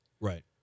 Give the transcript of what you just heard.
right